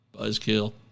Buzzkill